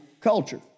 culture